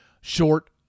short